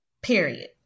Period